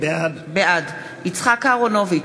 בעד יצחק אהרונוביץ,